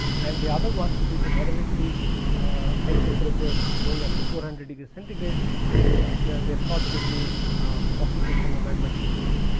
and the other one is a moderately ah high temperature going up to four hundred degree centigrade which they thought could be ah possibly from a magnetic fluid.